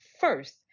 First